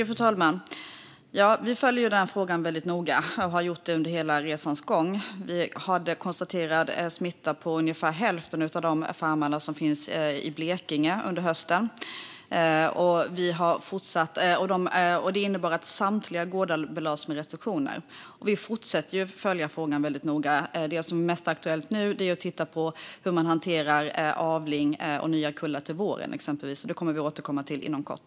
Fru talman! Vi följer denna fråga väldigt noga och har gjort det under hela resans gång. Vi hade konstaterad smitta på ungefär hälften av farmarna i Blekinge under hösten. Det innebar att samtliga gårdar belades med restriktioner. Vi fortsätter att följa frågan väldigt noga. Det som är mest aktuellt nu är exempelvis att titta på hur man hanterar avel och nya kullar till våren. Det kommer vi att återkomma till inom kort.